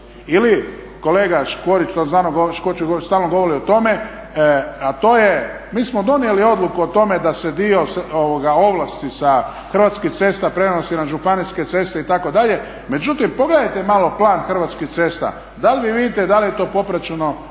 Ili kolega Škvarić stalno govori o tome, a to je mi smo donijeli odluku o tome da se dio ovlasti sa Hrvatskih cesta prenosi na županijske ceste itd. Međutim, pogledajte malo plan Hrvatskih cesta da li vi vidite i da li je to popraćeno